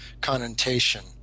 connotation